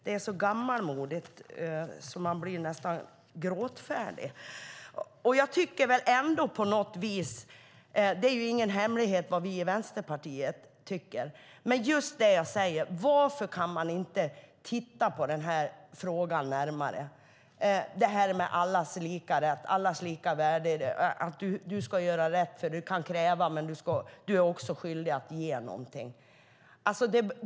Det är så gammalmodigt att man nästan blir gråtfärdig. Det är ingen hemlighet vad vi i Vänsterpartiet tycker, men varför kan man inte titta närmare på den här frågan? Det handlar om allas lika rätt och allas lika värde - du ska göra rätt för du kan kräva, men du är också skyldig att ge någonting.